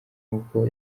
uku